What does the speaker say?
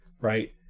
Right